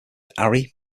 ari